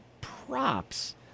props